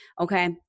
Okay